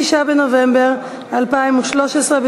ההחלטה בדבר פיצול הצעת חוק החברות (תיקון מס' 18)